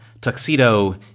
Tuxedo